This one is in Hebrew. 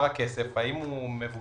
הכסף עבר, האם הוא מבוצע?